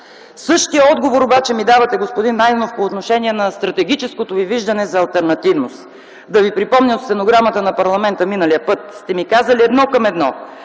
Същия отговор обаче ми давате, господин Найденов, по отношение на стратегическото Ви виждане за алтернативност. Да Ви припомня от стенограмата на парламента, миналия път сте ми казали едно към едно: